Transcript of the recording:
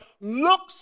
looks